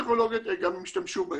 אלא גם ישתמשו בהן.